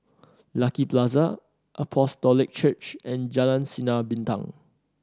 Lucky Plaza Apostolic Church and Jalan Sinar Bintang